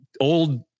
old